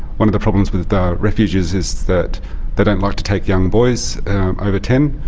one of the problems with the refuges is that they don't like to take young boys over ten.